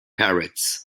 parrots